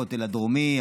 הכותל הדרומי,